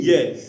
Yes